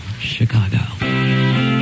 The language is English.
Chicago